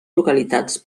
localitats